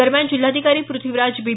दरम्यान जिल्हाधिकारी पृथ्वीराज बी